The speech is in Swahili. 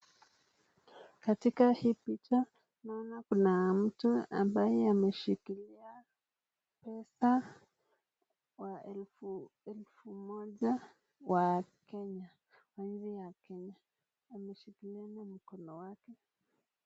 Katika hii picha naona kuna mtu ambaye ameshikilia pesa wa Elfu moja wa Kenya, taifa wa Kenya. Ameshikilia na mkono wake.